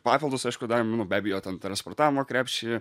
papildus aišku davėm nu be abejo ten transportavimo krepšį